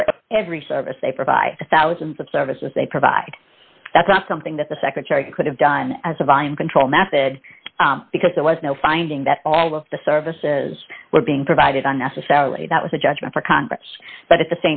for every service they provide thousands of services they provide that's not something that the secretary could have done as a volume control method because there was no finding that all of the services were being provided on necessarily that was a judgment for congress but at the